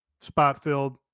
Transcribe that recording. spot-filled